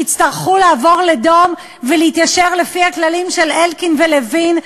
יצטרכו לעבור לדום ולהתיישר לפי הכללים של אלקין ולוין,